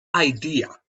idea